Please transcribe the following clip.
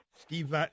Steve